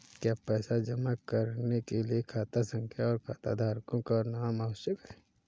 क्या पैसा जमा करने के लिए खाता संख्या और खाताधारकों का नाम आवश्यक है?